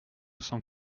cent